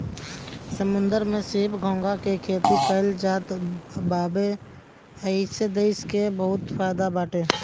समुंदर में सीप, घोंघा के भी खेती कईल जात बावे एसे देश के बहुते फायदा बाटे